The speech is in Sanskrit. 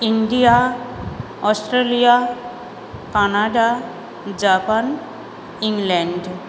India Australia Canada Japan England